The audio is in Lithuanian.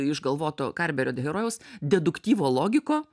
išgalvoto karberio herojaus deduktyvo logiko